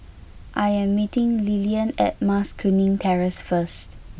I am meeting Lillian at Mas Kuning Terrace first